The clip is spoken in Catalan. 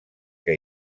que